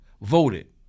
voted